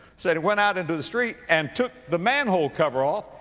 said, he went out into the street and took the manhole cover off,